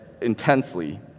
intensely